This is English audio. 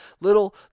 little